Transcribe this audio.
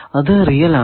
അത് റിയൽ ആണ്